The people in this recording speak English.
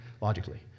logically